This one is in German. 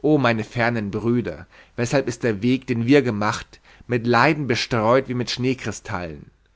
o meine fernen brüder weshalb ist der weg den wir gemacht mit leiden bestreut wie mit